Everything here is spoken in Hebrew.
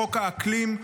חוק האקלים,